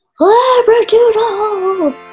Labradoodle